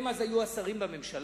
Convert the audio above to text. הם היו אז השרים בממשלה,